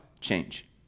change